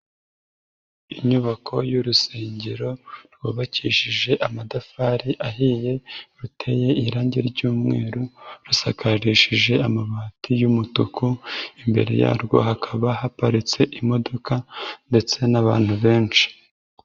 Inyubako y'urusengero rwubakishije amatafari ahiye, ruteye irange ry'umweru, rusakarishije amabati y'umutuku, imbere yarwo hakaba haparitse imodoka ndetse n'abantu benshi.